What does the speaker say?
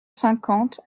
cinquante